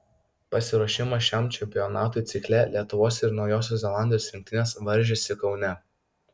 pasiruošimo šiam čempionatui cikle lietuvos ir naujosios zelandijos rinktinės varžėsi kaune